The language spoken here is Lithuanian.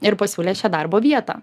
ir pasiūlė šią darbo vietą